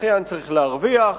הזכיין צריך להרוויח,